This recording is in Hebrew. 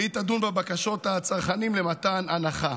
והיא תדון בבקשות הצרכנים למתן הנחה.